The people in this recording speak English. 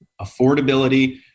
affordability